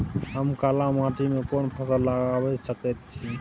हम काला माटी में कोन फसल लगाबै सकेत छी?